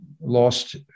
lost